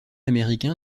américain